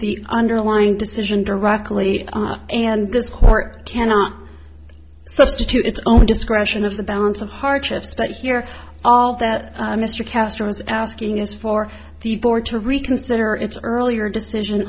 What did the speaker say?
the underlying decision directly and this court cannot substitute its own discretion of the balance of hardships but here all that mr castro is asking is for the board to reconsider its earlier decision